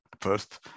first